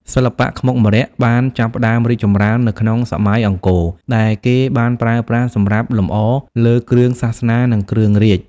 សិល្បៈខ្មុកម្រ័ក្សណ៍បានចាប់ផ្ដើមរីកចម្រើននៅក្នុង សម័យអង្គរ ដែលគេបានប្រើប្រាស់សម្រាប់លម្អលើគ្រឿងសាសនា និងគ្រឿងរាជ្យ។